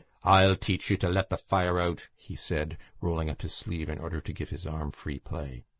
i'll teach you to let the fire out! he said, rolling up his sleeve in order to give his arm free play.